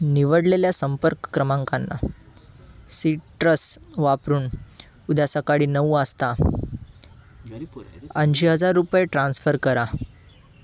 निवडलेल्या संपर्क क्रमांकांना सिट्रस वापरून उद्या सकाळी नऊ वाजता ऐंशी हजार रुपये ट्रान्स्फर करा